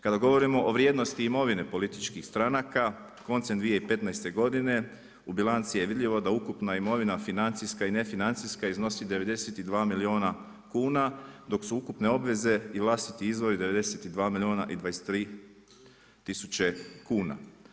Kada govorimo o vrijednosti imovine političkih stranaka, koncem 2015. godine u bilanci je vidljivo da ukupna imovina financijska i ne financijska iznosi 92 milijuna kuna dok su ukupne obveze i vlastiti izvori 92 milijuna i 23 tisuće kuna.